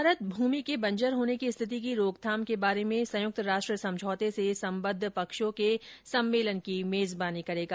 भारत भूमि के बंजर होने की स्थिति की रोकथाम के बारे में संयुक्त राष्ट्र समझौते से संबद्व पक्षों के सम्मेलन की मेजबानी करेगा